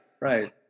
right